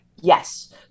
Yes